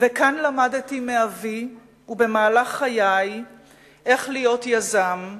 וכאן למדתי מאבי ובמהלך חיי איך להיות יזם.